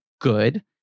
good